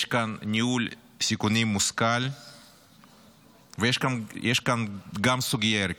יש כאן ניהול סיכונים מושכל ויש כאן יש כאן גם סוגיה ערכית.